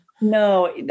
No